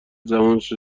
زمانش